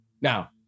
Now